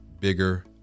bigger